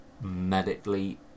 medically